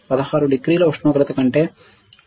16 డిగ్రీల ఉష్ణోగ్రత కంటే 0